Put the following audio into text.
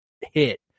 hit